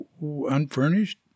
unfurnished